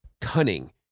cunning